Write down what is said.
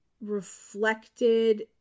reflected